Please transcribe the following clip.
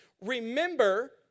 Remember